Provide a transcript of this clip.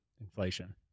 Inflation